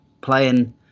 playing